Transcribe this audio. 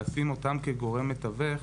לשים אותם כגורם מתווך,